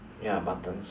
ya buttons